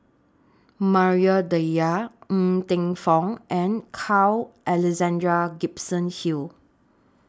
Maria Dyer Ng Teng Fong and Carl Alexander Gibson Hill